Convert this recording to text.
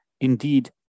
Indeed